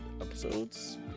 episodes